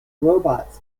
robots